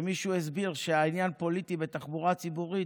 כשמישהו הסביר שהעניין פוליטי בתחבורה הציבורית,